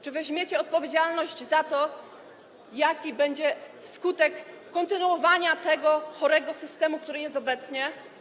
Czy weźmiecie odpowiedzialność za to, jaki będzie skutek kontynuowania tego chorego systemu, który jest obecnie?